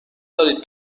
دارید